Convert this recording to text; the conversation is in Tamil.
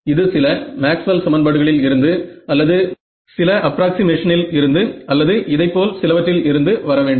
இது சில மேக்ஸ்வெல் சமன்பாடுகளில் இருந்து அல்ல சில அப்ராக்ஸிமேஷனிலிருந்து அல்லது இதைப்போல் சிலவற்றில் இருந்து வர வேண்டும்